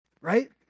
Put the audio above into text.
Right